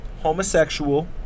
homosexual